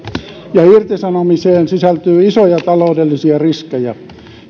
ja irtisanomiseen sisältyy isoja taloudellisia riskejä